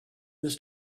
this